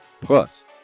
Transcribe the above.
Plus